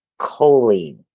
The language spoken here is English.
choline